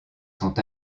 sont